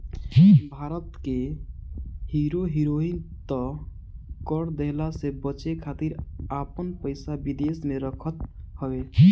भारत के hero heroine त कर देहला से बचे खातिर आपन पइसा विदेश में रखत हवे